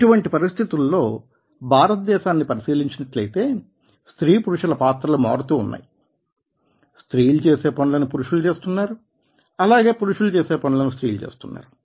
ఇటువంటి పరిస్థితులలో భారతదేశాన్ని పరిశీలించినట్లయితే స్త్రీ పురుషుల పాత్రలు మారుతూ ఉన్నాయి స్త్రీలు చేసే పనులని పురుషులు చేస్తున్నారు అలాగే పురుషులు చేసే పనులని స్త్రీలు చేస్తున్నారు